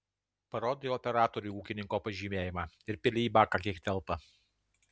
parodai operatoriui ūkininko pažymėjimą ir pili į baką kiek telpa